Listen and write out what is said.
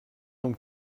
donc